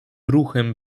ruchem